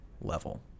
level